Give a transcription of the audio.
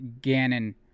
Ganon